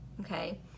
okay